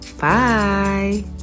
Bye